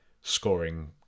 scoring